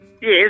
Yes